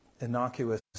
innocuous